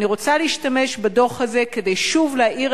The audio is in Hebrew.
ואני רוצה להשתמש בדוח הזה כדי שוב להאיר